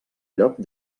lloc